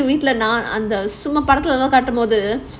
அந்த சும்மா படத்துலலாம் காட்டும்போது:andha summa padathulalaam kaatumpothu